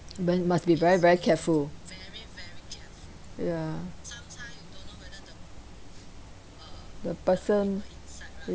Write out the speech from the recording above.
b~ must be very very careful ya the person